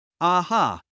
Aha